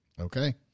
Okay